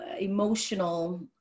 emotional